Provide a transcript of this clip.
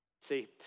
See